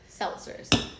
seltzers